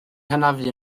hanafu